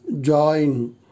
join